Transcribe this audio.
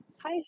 Hi